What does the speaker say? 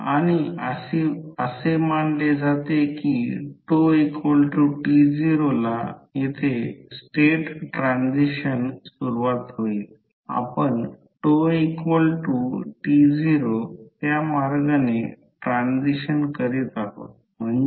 तर हे येथून येथे 20 सेंटीमीटर आणि हे 3 सेंटीमीटर बाजू आहे ते 3 सेंटीमीटर बाजू आहे म्हणजे याचा अर्थ 3 सेंटीमीटर बाजू म्हणजे ही सरासरी लांबी आहे याचा अर्थ हा प्रत्यक्षात हा भाग 1